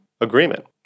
agreement